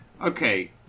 Okay